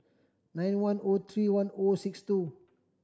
nine one O three one O six two